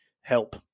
help